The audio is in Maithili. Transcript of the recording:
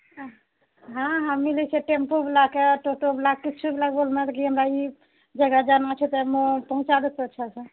हँ हँ मिलैत छै टेम्पूवला कऽ टोटोवला कऽ किछु बला कऽ बोलमे कि हमरा ई जगह जाना छै तऽ पहुँचा देतए अच्छासँ